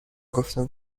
گفتم